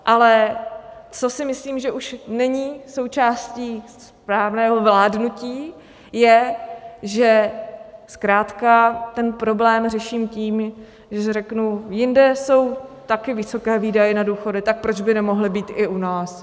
Ale co si myslím, že už není součástí správného vládnutí, je, že zkrátka ten problém řeším tím, že řeknu: Jinde jsou taky vysoké výdaje na důchody, tak proč by nemohly být i u nás?